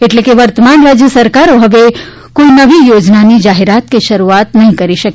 એટલે કે વર્તમાન રાજય સરકારો હવે કોઇ નવી યોજનાની જાહેરાત કે શરૂઆત નહીં કરી શકે